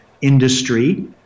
industry